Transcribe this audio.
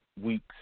Weeks